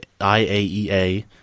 IAEA